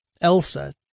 Elsa